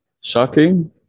shocking